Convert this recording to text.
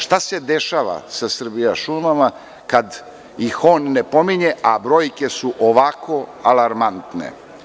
Šta se dešava sa „Srbijašumama“ kada ih on ne pominje, a brojke su ovako alarmantne?